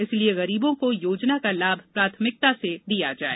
अतः गरीबों को योजना का लाभ प्राथमिकता से दिया जाए